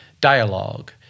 dialogue